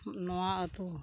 ᱱᱚᱣᱟ ᱟᱛᱳ